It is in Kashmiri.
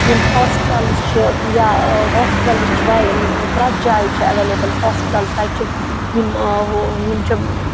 یِم ہاسپِٹَلٕز چھِ یا ہاسپِٹَلٕز چھِ واریاہ پرٛیتھ جایہِ چھِ اویلیبٕل ہاسپِٹَلٕز تَتہِ چھِ یِم یِم چھِ